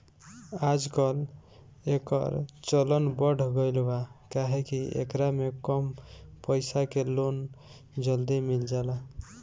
आजकल, एकर चलन बढ़ गईल बा काहे कि एकरा में कम पईसा के लोन जल्दी मिल जाला